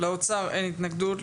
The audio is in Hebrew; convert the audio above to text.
לאוצר אין התנגדות.